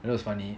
that was funny